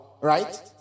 right